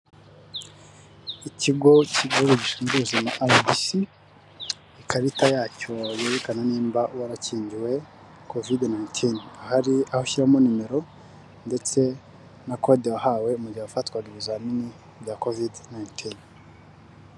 Ikigo k'igihugu gishinzwe ubuzima arabisi, ikarita yacyo yerekana nimba warakingiwe kovide nayinitini, hari aho ushyiramo nimero ndetse na kode wahawe mu gihe wafatwaga ibizamini bya kovide nayinitini.